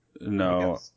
no